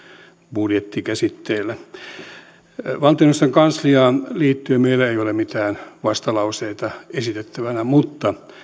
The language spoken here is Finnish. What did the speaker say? budjetti käsitteillä valtioneuvoston kansliaan liittyen meillä ei ole mitään vastalauseita esitettävänä mutta